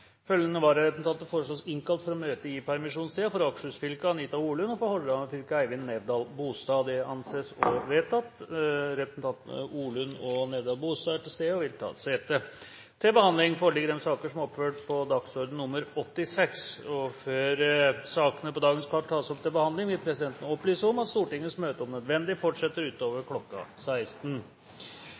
Følgende vararepresentanter innkalles for å møte i permisjonstiden: For Akershus fylke: Anita OrlundFor Hordaland fylke: Eivind Nævdal-Bolstad Anita Orlund og Eivind Nævdal-Bolstad er til stede og vil ta sete. Før sakene på dagens kart tas opp til behandling, vil presidenten opplyse om at Stortingets møte om nødvendig fortsetter utover kl. 16.